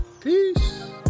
peace